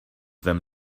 them